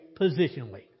positionally